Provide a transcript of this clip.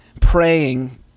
praying